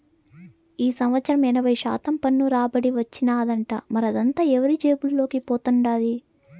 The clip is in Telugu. ఈ సంవత్సరం ఎనభై శాతం పన్ను రాబడి వచ్చినాదట, మరదంతా ఎవరి జేబుల్లోకి పోతండాది